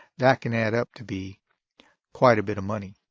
that can add up to be quite a bit of money.